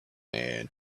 and